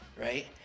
right